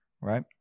right